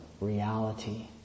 reality